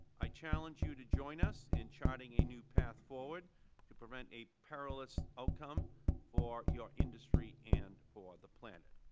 i challenge you to join us in charting a new path forward to prevent a perilous outcome for your industry and for the planet,